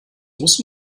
muss